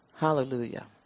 Hallelujah